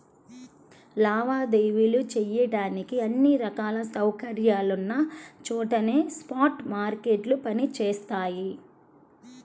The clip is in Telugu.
లావాదేవీలు చెయ్యడానికి అన్ని రకాల సౌకర్యాలున్న చోటనే స్పాట్ మార్కెట్లు పనిచేత్తయ్యి